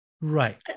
Right